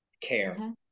care